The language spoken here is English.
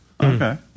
Okay